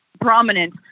prominent